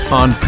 on